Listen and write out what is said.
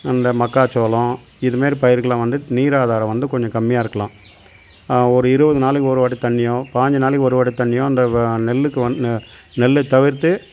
அந்த மக்காச்சோளம் இதுமாரி பயிருக்கெல்லாம் வந்து நீர் ஆதாரம் வந்து கொஞ்சம் கம்மியாக இருக்கலாம் ஒரு இருபது நாளைக்கு ஒரு வாட்டி தண்ணியோ பாய்ஞ்சு நாளைக்கு ஒரு வாட்டி தண்ணியோ அந்த வ நெல்லுக்கு வந் நெல்லை தவிர்த்து